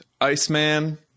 Iceman